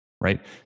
Right